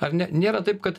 ar ne nėra taip kad